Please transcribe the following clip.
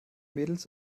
mädels